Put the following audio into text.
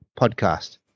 podcast